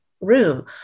room